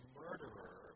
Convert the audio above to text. murderer